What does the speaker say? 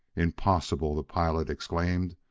impossible! the pilot exclaimed.